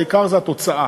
והעיקר הוא התוצאה.